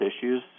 issues